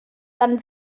dann